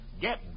Get